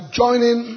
joining